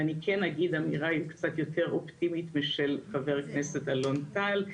ואני כן אגיד אמירה קצת יותר אופטימית משל חבר הכנסת אלון טל,